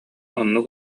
оннук